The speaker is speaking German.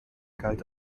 galt